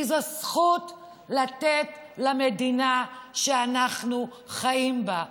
כי זו זכות לתת למדינה שאנחנו חיים בה,